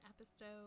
episode